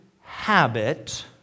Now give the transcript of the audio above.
habit